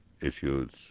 issues